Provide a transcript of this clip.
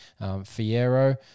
Fierro